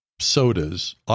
sodas